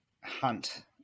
hunt